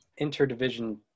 interdivision